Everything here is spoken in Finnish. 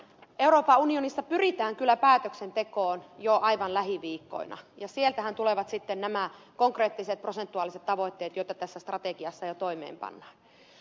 euroopan unionissa pyritään kyllä päätöksentekoon jo aivan lähiviikkoina ja sieltähän tulevat sitten nämä konkreettiset prosentuaaliset tavoitteet joita tässä strategiassa jo toimeenpannaan